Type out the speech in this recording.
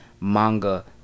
manga